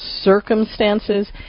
circumstances